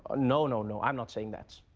no, no, no, i'm not saying that.